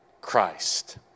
Christ